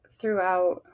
throughout